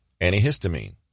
antihistamine